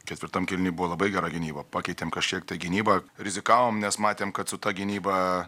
ketvirtam kėliny buvo labai gera gynyba pakeitėme kažkiek tai gynybą rizikavom nes matėm kad su ta gynyba